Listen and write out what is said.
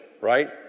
right